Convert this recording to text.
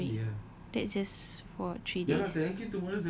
that's not one week that's just about three days